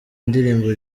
ndirimbo